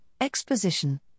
exposition